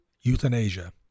euthanasia